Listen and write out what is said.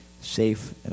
safe